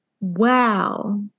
wow